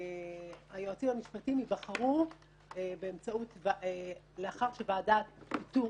היועצים המשפטיים ייבחרו לאחר שוועדת איתור